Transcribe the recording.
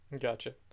Gotcha